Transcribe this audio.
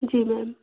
जी ma'am